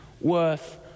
worth